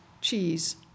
cheese